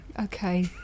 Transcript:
okay